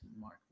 Mark